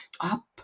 up